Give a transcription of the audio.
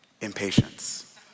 Impatience